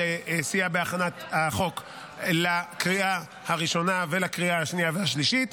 שסייע בהכנת החוק לקריאה הראשונה ולקריאה השנייה והשלישית.